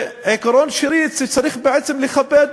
ועיקרון שני, שצריך לכבד